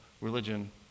religion